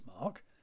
mark